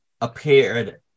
appeared